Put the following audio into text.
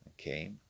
okay